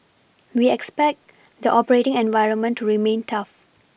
we expect the operating environment to remain tough